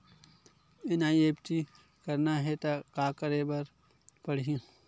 NEFT करना हे त का करे ल पड़हि?